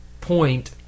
point